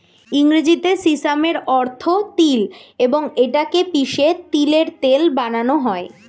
ইংরেজিতে সিসামের অর্থ তিল এবং এটা কে পিষে তিলের তেল বানানো হয়